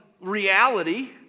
reality